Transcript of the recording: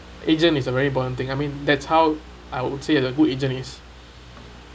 agent is a very important thing ah I mean that's how I would say it the good agent is